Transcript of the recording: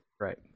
Right